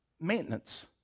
maintenance